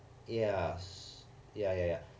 ya ya ya ya